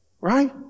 right